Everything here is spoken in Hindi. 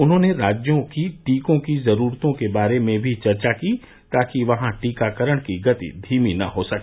उन्होंने राज्यों की टीकों की जरूरतों के बारे में भी चर्चा की ताकि वहां टीकाकरण की गति धीमी न हो सके